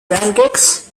pancakes